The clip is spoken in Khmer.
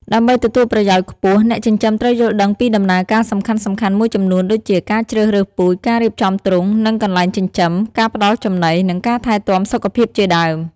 ដើម្បីទទួលប្រយោជន៍ខ្ពស់ អ្នកចិញ្ចឹមត្រូវយល់ដឹងពីដំណើរការសំខាន់ៗមួយចំនួនដូចជា ការជ្រើសរើសពូជ ការរៀបចំទ្រុង និងកន្លែងចិញ្ចឹម ការផ្តល់ចំណី និងការថែទាំសុខភាពជាដើម។